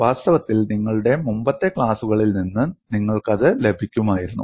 വാസ്തവത്തിൽ നിങ്ങളുടെ മുമ്പത്തെ ക്ലാസുകളിൽ നിന്ന് നിങ്ങൾക്കത് ലഭിക്കുമായിരുന്നു